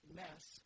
mess